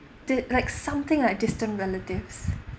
did like something like distant relatives